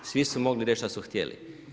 Svi su mogli reći šta su htjeli.